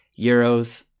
euros